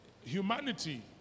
humanity